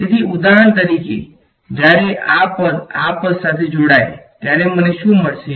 તેથી ઉદાહરણ તરીકે જ્યારે આ પદ આ પદ સાથે જોડાય ત્યારે મને શું મળશે